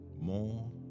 more